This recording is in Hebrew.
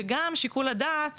וגם שיקול הדעת